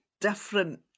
different